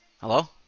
Hello